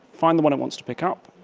find the one it wants to pick up,